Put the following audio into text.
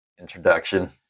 introduction